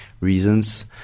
reasons